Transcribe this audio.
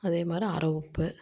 அதே மாதிரி அரை உப்பு